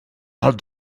hat